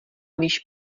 víš